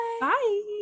bye